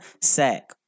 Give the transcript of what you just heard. sack